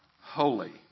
holy